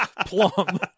plum